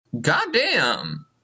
goddamn